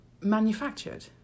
manufactured